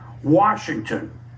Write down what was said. Washington